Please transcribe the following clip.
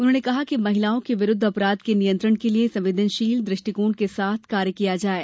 उन्होंने कहा कि महिलाओं के विरुद्ध अपराध के नियंत्रण के लिये संवेदनशील दृष्टिकोण के साथ कार्य किया जाये